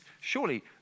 surely